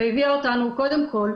והביאה אותנו קודם כל,